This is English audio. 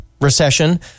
recession